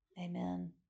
Amen